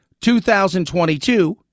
2022